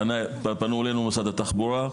פנו אלינו ממשרד התחבורה,